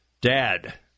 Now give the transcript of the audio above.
Dad